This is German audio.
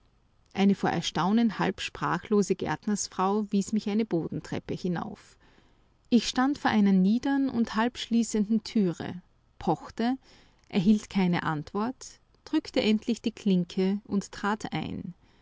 eine vor erstaunen halb sprachlose gärtnersfrau wies mich eine bodentreppe hinauf ich stand vor einer niedern und halb schließenden türe pochte erhielt keine antwort drückte endlich die klinke und trat ein